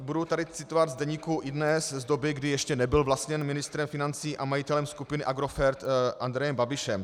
Budu tady citovat z deníku iDNES z doby, kdy ještě nebyl vlastněn ministrem financí a majitelem skupiny Agrofert Andrejem Babišem.